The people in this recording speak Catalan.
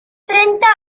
trenta